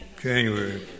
January